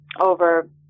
over